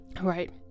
right